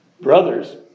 Brothers